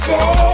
Say